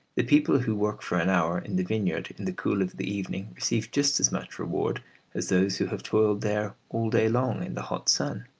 the people who work for an hour in the vineyard in the cool of the evening receive just as much reward as those who have toiled there all day long in the hot sun.